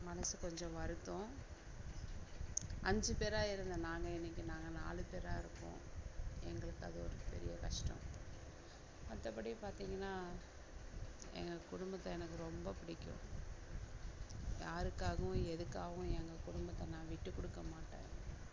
மனது கொஞ்சம் வருத்தம் அஞ்சு பேராக இருந்த நாங்கள் இன்னிக்கு நாங்கள் நாலு பேராக இருக்கோம் எங்களுக்கு அது ஒரு பெரிய கஷ்டம் மற்றபடி பார்த்தீங்கன்னா எங்கள் குடும்பத்தை எனக்கு ரொம்ப பிடிக்கும் யாருக்காகவும் எதுக்காகவும் எங்கள் குடும்பத்தை நான் விட்டுக் கொடுக்க மாட்டேன்